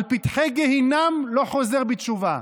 על פתחי גיהינום לא חוזר בתשובה.